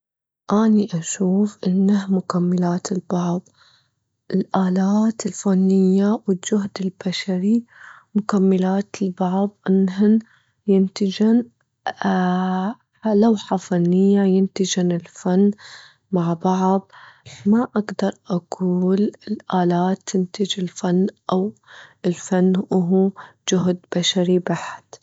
أني أشوف إانه مكملات لبعض، الألات الفنية والجهد البشري مكملات لبعض، إنهن ينتجن لوحة فنية، ينتجن الفن مع بعض، ما أجدر أجول الألات تنتج الفن أو الفن هو جهد بشري بحت.